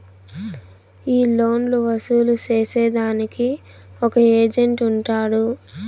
ఈ లోన్లు వసూలు సేసేదానికి ఒక ఏజెంట్ ఉంటాడు